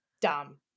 dumb